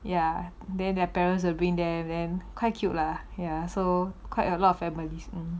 ya then their parents will bring them then quite cute lah ya so quite a lot of families